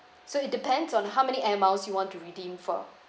so it depends on how many animals you want to redeem for